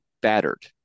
battered